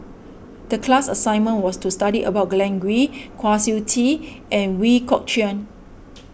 the class assignment was to study about Glen Goei Kwa Siew Tee and Ooi Kok Chuen